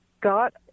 got